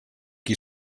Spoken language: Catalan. qui